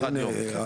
לא משלמים להם שכר.